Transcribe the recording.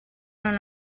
non